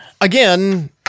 again